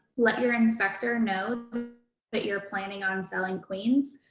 let your inspector know that you're planning on selling queens,